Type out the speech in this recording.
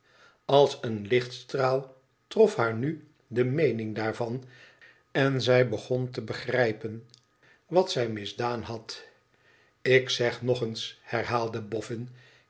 als een lichtstraal trof haar nu de meening daarvan en zij begon te begrijpen wat zij misdaan had ik zeg nog eens herhaalde